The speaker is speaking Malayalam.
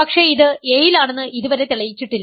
പക്ഷേ ഇത് A യിലാണെന്ന് ഇതുവരെ തെളിയിച്ചിട്ടില്ല